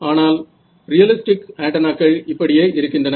ஆனால் ரியலிஸ்டிக் ஆன்டென்னாக்கள் இப்படியே இருக்கின்றன